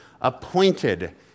appointed